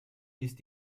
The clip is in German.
ist